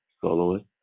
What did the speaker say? soloist